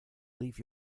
leave